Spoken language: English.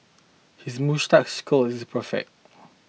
his moustache's curl is perfect